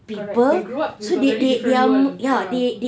correct they grow up in a very different world ya